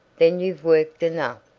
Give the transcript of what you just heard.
then you've worked enough.